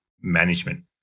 management